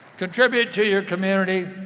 contribute to your community,